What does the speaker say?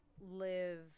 live